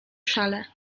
szale